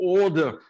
order